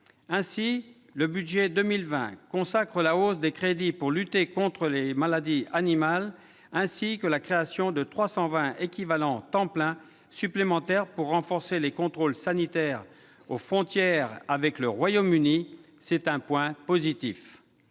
Aussi le budget pour 2020 consacre-t-il la hausse des crédits destinés à lutter contre les maladies animales, ainsi que la création de 320 équivalents temps plein supplémentaires pour renforcer les contrôles sanitaires aux frontières avec le Royaume-Uni. C'est un point positif.